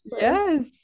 yes